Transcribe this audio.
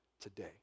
today